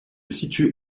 situe